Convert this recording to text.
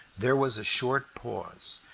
there was a short pause,